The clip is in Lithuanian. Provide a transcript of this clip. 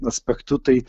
aspektu tai